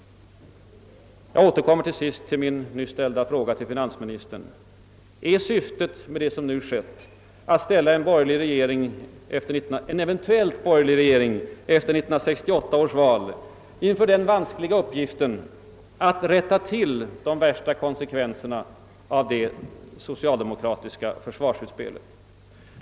Jag återkommer till sist till min nyss ställda fråga till finansministern. Är syftet med det som nu skett att ställa en eventuell borgerlig regering efter 1968 års val inför den vanskliga uppgiften att då rätta till de värsta konsekvenserna av det socialdemokratiska försvarsutspelet?